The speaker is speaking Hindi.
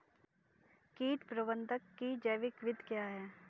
कीट प्रबंधक की जैविक विधि क्या है?